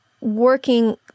working